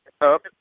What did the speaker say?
up